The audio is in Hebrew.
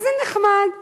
איזה נחמד,